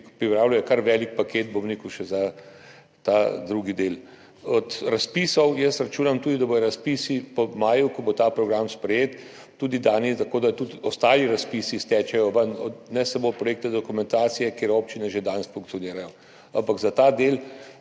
pripravljajo kar velik paket še za ta drugi del. Jaz računam tudi, da bodo razpisi po maju, ko bo ta program sprejet, tudi dani, tako da tudi ostali razpisi stečejo ven, ne samo projektne dokumentacije, kjer občine že danes funkcionirajo. Ampak za ta del